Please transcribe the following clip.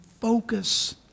focus